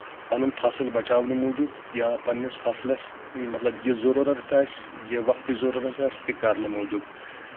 پَنُن فَصٕل بَچاونہٕ موٗجوٗب یا پَنٕنِس فَصلَس مطلب یہِ ضروٗرتھ آسہِ یہِ وقتٕچ ضروٗرت آسہِ تہِ کَرنہٕ موٗجوٗب